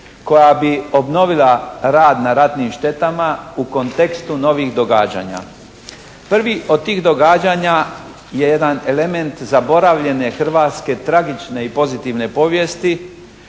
koja bi obnovila rad na ratnim štetama u kontekstu novih događanja. Prvi od tih događanja je jedan element zaboravljene hrvatske tragične i pozitivne povijesti